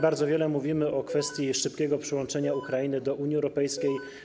Bardzo wiele mówimy o kwestii szybkiego przyłączenia Ukrainy do Unii Europejskiej.